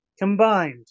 combined